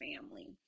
family